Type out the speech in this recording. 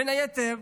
בין היתר,